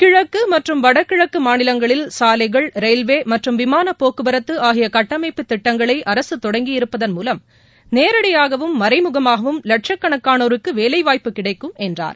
கிழக்கு மற்றம் வடகிழக்கு மாநிலங்களில் சாலைகள் ரயில்வே மற்றும் விமானப் போக்குவரத்து ஆகிய கட்டமைப்பு திட்டங்களை தொடங்கியிருப்பதன் மூலம் நேரடியாகவும் மறைமுகமாகவும் லட்சக்கணக்கானோருக்கு வேலைவாய்ப்பு கிடைக்கம் என்றார்